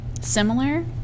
similar